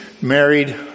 married